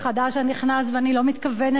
ואני לא מתכוונת לתמוך בו.